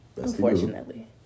unfortunately